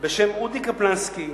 בשם אודי קפלנסקי,